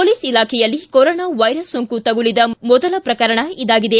police ಇಲಾಖೆಯಲ್ಲಿ corona virus ಸೋಂಕು ತಗುಲಿದ ಮೊದಲ ಪ್ರಕರಣ ಇದಾಗಿದೆ